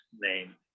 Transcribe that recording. name